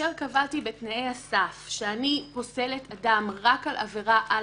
קבעתי בתנאי הסף של המכרז שאני פוסלת אדם רק על עבירה א',ב'